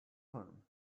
cream